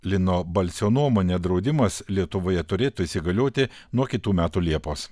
lino balsio nuomone draudimas lietuvoje turėtų įsigalioti nuo kitų metų liepos